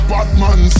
Batman